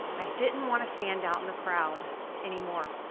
i didn't want to stand out in the crowd anymore.